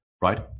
right